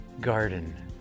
garden